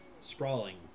Sprawling